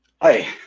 Hi